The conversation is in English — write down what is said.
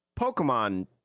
Pokemon